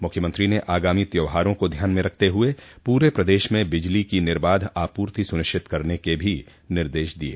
मुख्यमंत्री ने आगामी त्यौहारों को ध्यान में रखते हुए पूरे प्रदेश में बिजली की निर्बाध आपूर्ति सुनिश्चित करने के भी निर्देश दिये